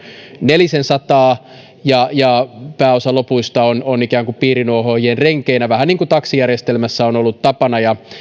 nelisensataa ja ja pääosa lopuista on on ikään kuin piirinuohoojien renkeinä vähän niin kuin taksijärjestelmässä on ollut tapana